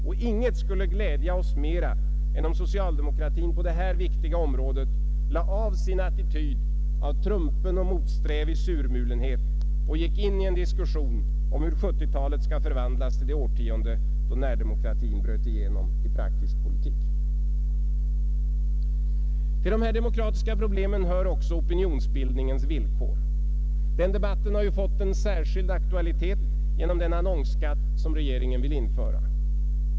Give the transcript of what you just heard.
Och inget skulle glädja oss mer än om socialdemokratin på detta viktiga område lade av sin attityd av trumpen och motsträvig surmulenhet och gick in i en diskussion om hur 1970-talet skall förvandlas till det årtionde då närdemokratin bröt igenom i praktisk politik. Till dessa demokratiska problem hör också opinionsbildningens villkor. Den debatten har fått en särskild aktualitet genom den annonsskatt som regeringen vill införa.